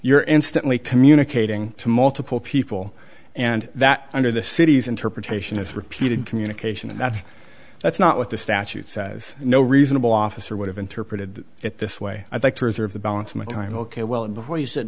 you're instantly communicating to multiple people and that under the city's interpretation is repeated communication and that's that's not what the statute says no reasonable officer would have interpreted it this way i'd like to reserve the balance of my time ok well before you sit